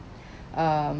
um